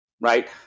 right